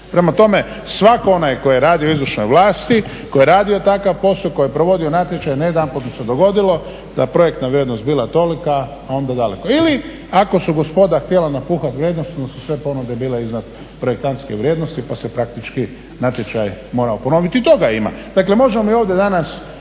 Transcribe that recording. Prema tome, svak onaj tko je radio u izvršnoj vlasti, tko je radio takav posao i tko je provodio natječaj ne jedanput mi se dogodilo da je projektna vrijednost bila tolika a onda … /Govornik se ne razumije./… Ili ako su gospoda htjela napuhati vrijednost onda su sve ponude bile iznad projektantske vrijednosti pa se praktički natječaj morao ponoviti. I toga ima. Dakle, možemo mi ovdje danas